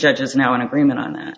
judges now in agreement on that